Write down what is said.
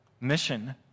mission